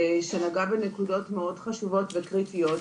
שנגעה בנקודות מאוד חשובות וקריטיות.